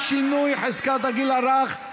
שינוי חזקת הגיל הרך),